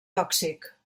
tòxic